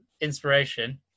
inspiration